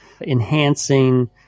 enhancing